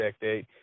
date